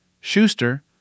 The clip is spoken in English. Schuster